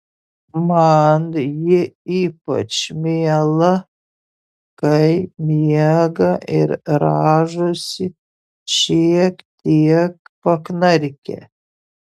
man ji ypač miela kai miega ir rąžosi šiek tiek paknarkia